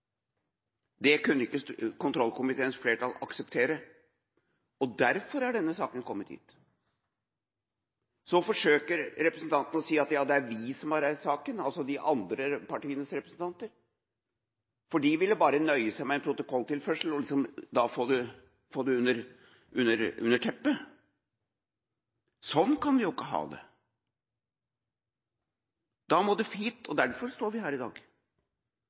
Det kunne ikke kontrollkomiteens flertall akseptere, og derfor er denne saken kommet hit. Så forsøker de andre partienes representanter å si at det er vi som har reist saken, for de ville bare nøye seg med en protokolltilførsel og da liksom få det under teppet. Sånn kan vi ikke ha det. Da må det hit, og derfor står vi her i dag.